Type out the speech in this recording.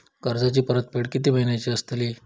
कर्जाची परतफेड कीती महिन्याची असतली?